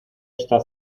esta